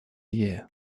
year